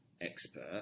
expert